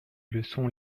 leçons